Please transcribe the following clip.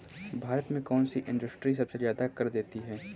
भारत में कौन सी इंडस्ट्री सबसे ज्यादा कर देती है?